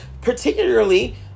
particularly